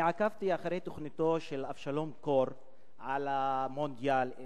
אני עקבתי אחרי תוכניתו של אבשלום קור על המונדיאל,